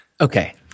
Okay